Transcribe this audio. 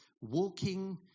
walking